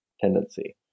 tendency